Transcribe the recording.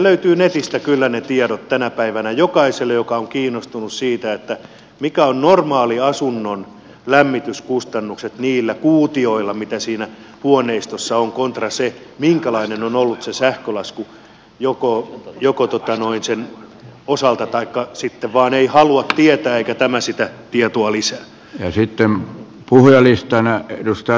löytyvät netistä kyllä ne tiedot tänä päivänä jokaiselle joka on kiinnostunut siitä mitkä ovat normaalit asunnon lämmityskustannukset niillä kuutioilla mitä siinä huoneistossa on kontra se minkälainen on ollut se sähkölasku sen osalta taikka sitten vain ei halua tietää eikä tämä sitä tietoa lisää